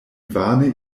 vane